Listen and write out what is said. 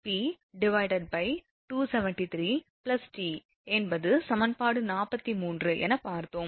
392p273t என்பது சமன்பாடு 43 என பார்த்தோம்